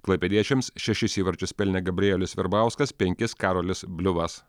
klaipėdiečiams šešis įvarčius pelnė gabrielius virbauskas penkis karolis bliuvas